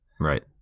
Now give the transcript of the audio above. Right